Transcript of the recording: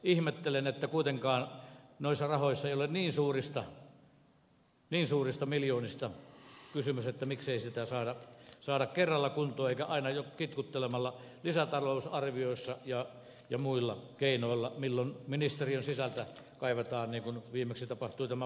ihmettelen että kun kuitenkaan noissa rahoissa ei ole niin suurista miljoonista kysymys miksei rataa saada kerralla kuntoon eikä aina kitkuttelemalla lisätalousarvioissa ja muilla keinoilla kuten että ministeriön sisältä kaivetaan niin kuin viimeksi tapahtui tämän vuoden alkuosalle